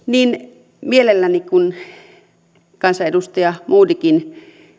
niin mielelläni kuin kansanedustaja modigin